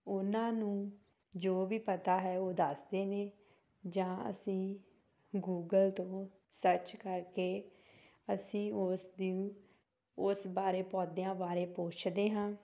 ਉਹਨਾਂ ਨੂੰ ਜੋ ਵੀ ਪਤਾ ਹੈ ਉਹ ਦੱਸਦੇ ਨੇ ਜਾਂ ਅਸੀਂ ਗੂਗਲ ਤੋਂ ਸਰਚ ਕਰਕੇ ਅਸੀਂ ਉਸ ਦਿਨ ਉਸ ਬਾਰੇ ਪੌਦਿਆਂ ਬਾਰੇ ਪੁੱਛਦੇ ਹਾਂ